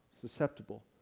susceptible